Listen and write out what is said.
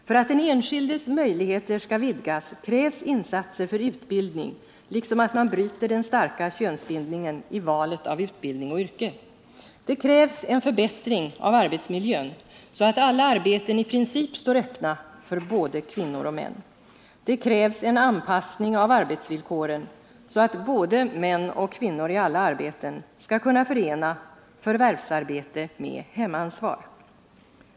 För att den enskildes möjligheter skall vidgas krävs insatser för utbildning liksom att man bryter den starka könsbindningen vid valet av utbildning och yrke. Det krävs en förbättring av arbetsmiljön, så att alla arbeten i princip står öppna för både kvinnor och män. Det krävs en anpassning av arbetsvillkoren, så att både män och kvinnor i alla arbeten skall kunna förena förvärvsarbete med hemansvar.